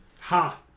ha